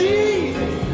Jesus